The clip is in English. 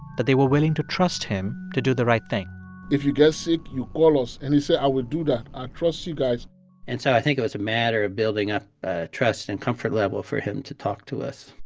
that they were willing to trust him to do the right thing if you get sick, you call us. and he said, i will do that. i trust you guys and so i think it was a matter of building up a trust and comfort level for him to talk to us